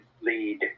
lead